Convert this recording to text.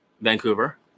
Vancouver